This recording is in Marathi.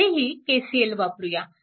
येथेही KCL वापरूया